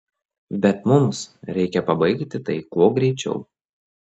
bet mums reikia pabaigti tai kuo greičiau